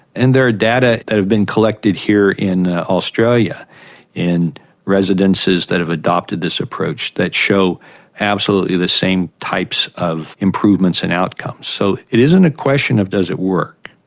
and there are data that have been collected here in australia in residences that have adopted this approach that show absolutely the same types of improvements and outcomes. so it isn't a question of does it work.